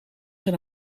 zijn